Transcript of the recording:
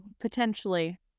potentially